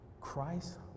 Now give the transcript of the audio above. Christ